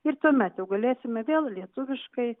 ir tuomet jau galėsime vėl lietuviškai